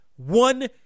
One